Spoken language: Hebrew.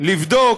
לבדוק